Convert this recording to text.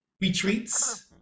retreats